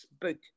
book